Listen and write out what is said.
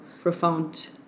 profound